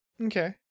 Okay